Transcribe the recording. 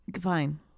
Fine